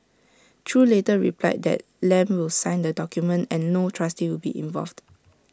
chew later replied that Lam will sign the document and no trustee will be involved